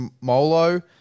Molo